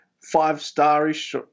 five-star-ish